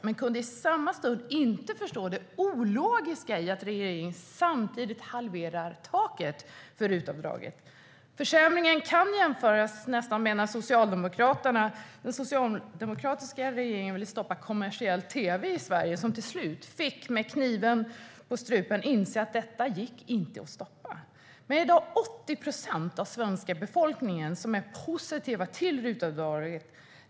Man kan däremot inte förstå det logiska i att regeringen samtidigt halverar taket för RUT-avdraget. Försämringen kan nästan jämföras med när den socialdemokratiska regeringen ville stoppa kommersiell tv i Sverige men till slut med kniven mot strupen fick inse att det inte gick att stoppa. I dag är 80 procent av Sveriges befolkning positiv till RUT-avdraget.